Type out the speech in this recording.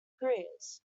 careers